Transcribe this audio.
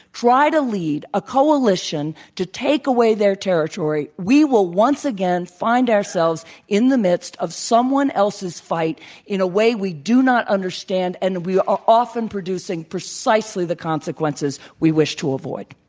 try to lead a coalition to take away their territory, we will once again find ourselves in the midst of someone else's fight in a way we do not understand, and we're ah often producing precisely the consequences we wish to avoid.